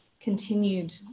continued